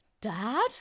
Dad